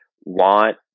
want